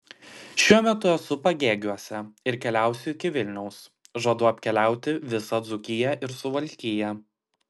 šiuo metu esu pagėgiuose ir keliausiu iki vilniaus žadu apkeliauti visą dzūkiją ir suvalkiją